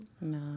No